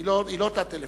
היא לא תא טלפונים.